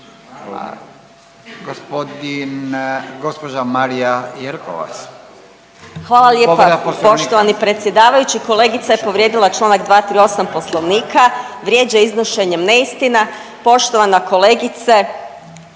Povreda Poslovnika. **Jelkovac, Marija (HDZ)** Hvala lijepa poštovani predsjedavajući, kolegica je povrijedila čl. 238 Poslovnika. Vrijeđa iznošenjem neistina, poštovana kolegice,